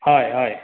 हय हय